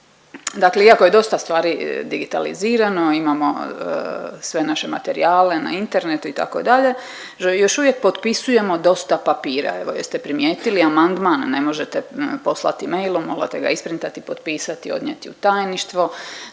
Dakle, iako je dosta stvari digitalizirano imamo sve naše materijale na internetu itd. još uvijek potpisujemo dosta papira. Evo jeste primijetili amandman ne možete poslati mailom, morate ga isprintati i potpisati, odnijeti u Tajništvo,